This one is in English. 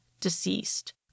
deceased